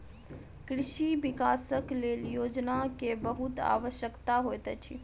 कृषि विकासक लेल योजना के बहुत आवश्यकता होइत अछि